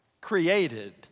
created